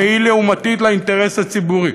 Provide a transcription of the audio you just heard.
שהיא לעומתית לאינטרס הציבורי.